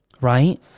Right